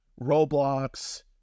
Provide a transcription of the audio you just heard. Roblox